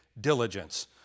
diligence